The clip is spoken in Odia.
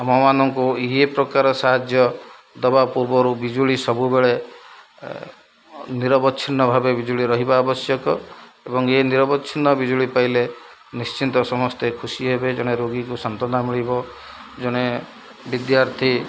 ଆମ ମାନଙ୍କୁ ଇଏ ପ୍ରକାର ସାହାଯ୍ୟ ଦବା ପୂର୍ବରୁ ବିଜୁଳି ସବୁବେଳେ ନିରବଛିନ୍ନ ଭାବେ ବିଜୁଳି ରହିବା ଆବଶ୍ୟକ ଏବଂ ଏ ନିରବିନ୍ନ ବିଜୁଳି ପାଇଲେ ନିଶ୍ଚିନ୍ତ ସମସ୍ତେ ଖୁସି ହେବେ ଜଣେ ରୋଗୀକୁ ସାନ୍ତ୍ୱନା ମିଳିବ ଜଣେ ବିଦ୍ୟାର୍ଥୀ